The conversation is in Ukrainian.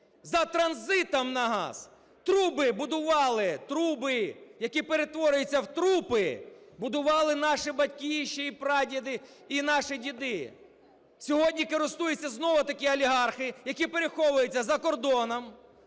за транзитом на газ? Труби будували, труби, які перетворюються в трупи, будували наші батьки, ще й прадіди, і наші діди. Сьогодні користуються знову-таки олігархи, які переховуються за кордоном,